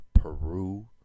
Peru